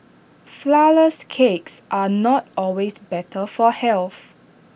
Flourless Cakes are not always better for health